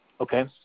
Okay